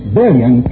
billion